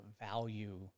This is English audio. value